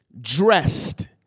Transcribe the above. dressed